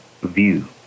view